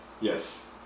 Yes